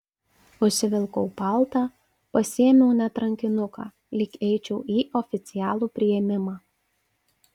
užsivilkau paltą pasiėmiau net rankinuką lyg eičiau į oficialų priėmimą